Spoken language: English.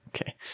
okay